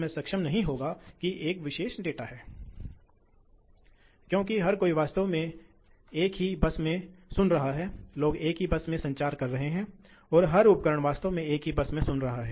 तो यह ऊर्जा का सार है इसलिए यह दिखाता है कि ऊर्जा की बचत चर गति ड्राइव कैसे हो सकती है